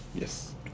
Yes